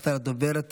הדוברת הבאה,